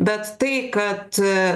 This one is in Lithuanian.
bet tai kad